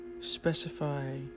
Specify